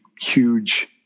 huge